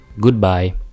Goodbye